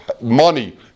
money